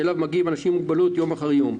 שאליו מגיעים אנשים עם מוגבלות יום אחר יום.